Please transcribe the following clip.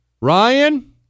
Ryan